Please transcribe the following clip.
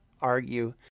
argue